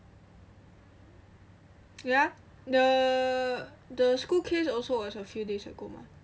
ya the the school case also was a few days ago mah